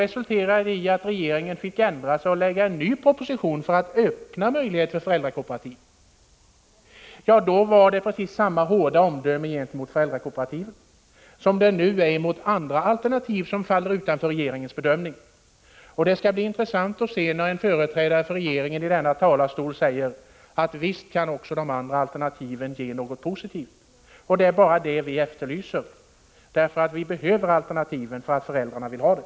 Resultatet blev att regeringen fick ändra sig och lägga fram en ny proposition för att möjliggöra föräldrakooperativ. Regeringen gav tidigare samma hårda omdöme om föräldrakooperativen som den nu ger om andra alternativ som faller utanför regeringens bedömning. Det skall bli intressant att höra när en företrädare för regeringen